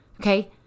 okay